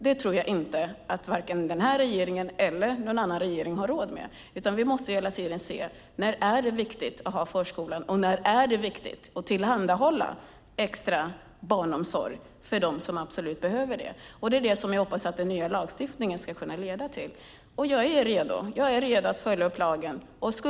Det tror jag inte att vare sig den här regeringen eller någon annan regering har råd med, utan vi måste hela tiden ser när det är viktigt att erbjuda förskola och när det är viktigt att tillhandahålla extra barnomsorg för dem som absolut behöver det. Det är detta jag hoppas att den nya lagstiftningen ska leda till. Jag är redo att följa upp lagen.